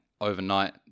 overnight